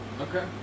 okay